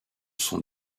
sont